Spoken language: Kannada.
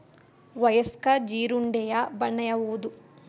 ವಯಸ್ಕ ಜೀರುಂಡೆಯ ಬಣ್ಣ ಯಾವುದು?